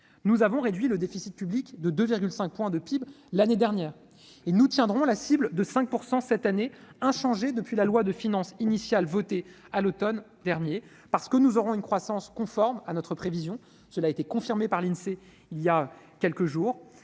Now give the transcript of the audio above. Nous avons réduit le déficit public de 2,5 points de PIB l'année dernière et nous tiendrons la cible de 5 % cette année, inchangée depuis la loi de finances initiale votée à l'automne dernier. D'abord, la croissance est conforme à nos prévisions, comme l'a confirmé l'Insee voilà quelques jours.